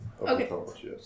Okay